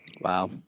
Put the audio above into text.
wow